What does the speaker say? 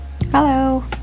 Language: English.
hello